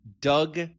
Doug